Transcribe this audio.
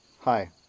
Hi